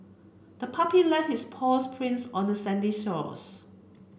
the puppy left its paw prints on the sandy shores